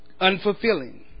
unfulfilling